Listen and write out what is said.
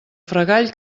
fregall